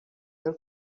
her